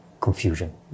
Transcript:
confusion